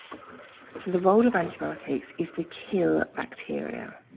so the role of antibiotics is to kill bacteria.